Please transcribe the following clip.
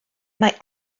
mae